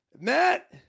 Matt